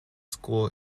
school